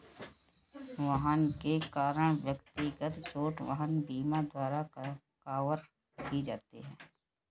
वाहन के कारण व्यक्तिगत चोट वाहन बीमा द्वारा कवर की जाती है